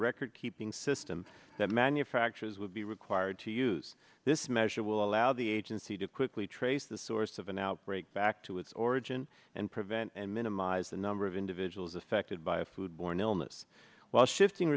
record keeping system that manufactures would be required to use this measure will allow the agency to quickly trace the source of an outbreak back to its origin and prevent and minimize the number of individuals affected by a food borne illness while shifting